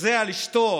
וזה על אשתו.